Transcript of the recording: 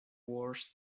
wars